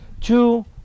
Two